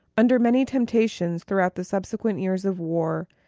under many temptations throughout the subsequent eras of war,